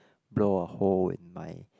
blow a hole in my